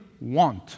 want